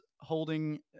holding